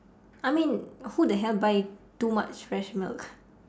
I mean who the hell buy too much fresh milk